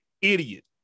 idiot